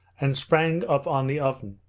and sprang up on the oven.